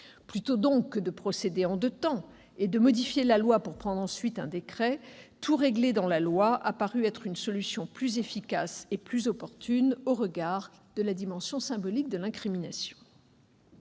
Plutôt que de procéder en deux temps et de modifier la loi pour prendre ensuite un décret, tout régler dans la loi a paru une solution plus efficace et plus opportune au regard de la dimension symbolique de l'incrimination.